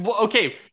okay